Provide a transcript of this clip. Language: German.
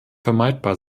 vermeidbar